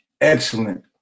excellent